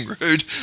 rude